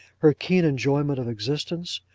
her keen enjoyment of existence,